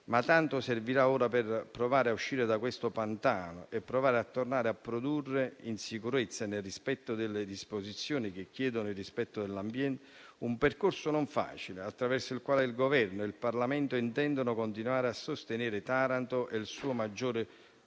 ma tanto serviranno ora per provare a uscire da questo pantano e tornare a produrre in sicurezza, nel rispetto delle disposizioni che chiedono la tutela dell'ambiente. È un percorso non facile, attraverso il quale Governo e Parlamento intendono continuare a sostenere Taranto e il suo maggiore